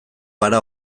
gara